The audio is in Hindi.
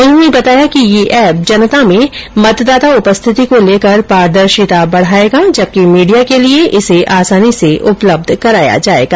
उन्होंने बताया कि यह एप जनता में मतदाता उपस्थिति को लेकर पारदर्शिता बढायेगा जबकि मीडिया के लिये इसे आसानी से उपलब्ध कराया जायेगा